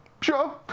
Sure